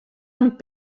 amb